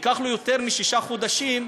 ייקח לו יותר משישה חודשים,